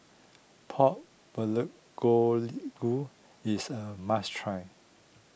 Pork Bule Golu is a must try